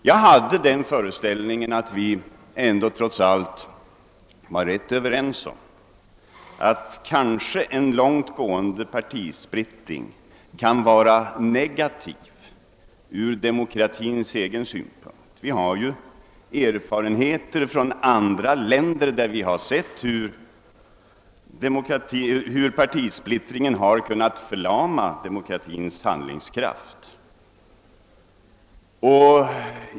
Jag hade den föreställningen att vi trots allt var ganska överens om att en långtgående partisplittring kan vara negativ från demokratins egen synpunkt. Erfarenheten från andra länder visar att partisplittringen kan förlama demokratins handlingskraft.